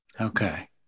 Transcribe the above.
Okay